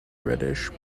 reddish